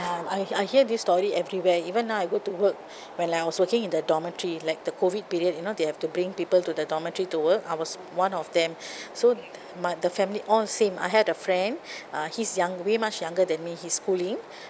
ya I I hear this story everywhere even now I go to work when I was working in the dormitory like the COVID period you know they have to bring people to the dormitory to work I was one of them so m~ the family all same I had a friend uh he's young way much younger than me he's schooling